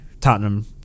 Tottenham